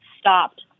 stopped